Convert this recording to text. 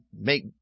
make